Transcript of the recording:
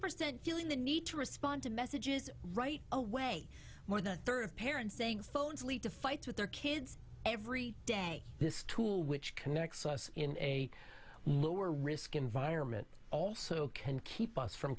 percent feeling the need to respond to messages right away more than a third of parents saying phones lead to fights with their kids every day this tool which connects us in a lower risk environment also can keep us from